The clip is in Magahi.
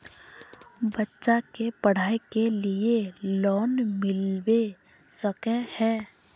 बच्चा के पढाई के लिए लोन मिलबे सके है?